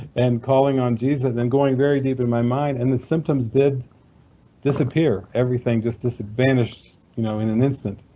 and calling on jesus and going very deep in my mind. and the symptoms did disappear, disappear, everything just just vanished you know in an instant,